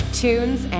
tunes